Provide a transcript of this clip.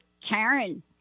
Karen